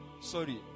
sorry